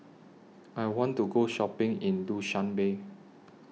I want to Go Shopping in Dushanbe